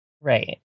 right